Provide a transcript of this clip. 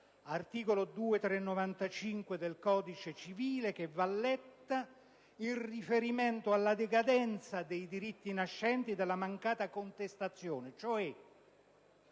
(articolo 2935 del codice civile) che va letta in riferimento alla decadenza dei diritti nascenti dalla mancata contestazione: nei